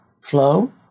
flow